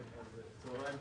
בבקשה.